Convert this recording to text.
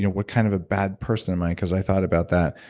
you know what kind of a bad person am i because i thought about that?